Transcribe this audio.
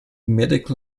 medical